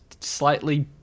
slightly